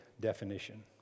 definition